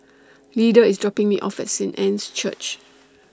Leda IS dropping Me off At Saint Anne's Church